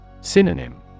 Synonym